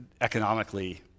economically